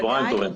צהריים טובים.